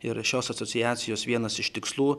ir šios asociacijos vienas iš tikslų